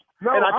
No